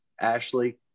Ashley